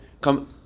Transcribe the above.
come